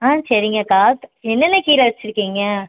ஆ சரிங்கக்கா என்னென்ன கீரை வச்சிருக்கீங்கள்